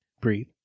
Breathe